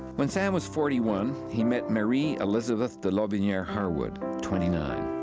when sam was forty one he met marie elizabeth de lotbiniere harwood, twenty nine,